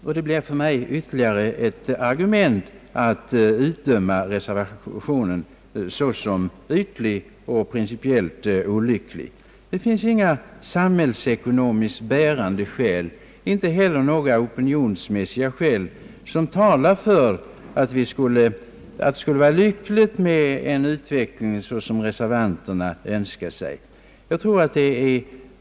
Detta blir för mig ytterligare ett argument att ut döma reservationen såsom ytlig och principiellt olycklig. Det finns inga samhällsekonomiskt bärande skäl och inte heller några opinionsmässiga skäl som talar för att det skulle vara lyckligt med en utveckling så som reservanterna önskar sig.